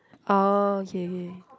orh okay okay